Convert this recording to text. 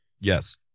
Yes